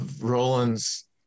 Roland's